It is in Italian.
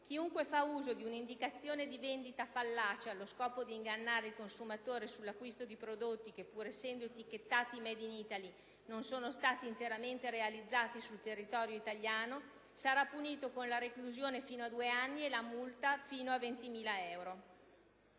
Chiunque fa uso di un'indicazione di vendita fallace, allo scopo di ingannare il consumatore sull'acquisto di prodotti che, pur essendo etichettati *made* *in* *Italy*, non sono stati interamente realizzati sul territorio italiano, sarà punito con la reclusione fino a due anni e la multa fino a 20.000 euro.